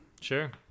Sure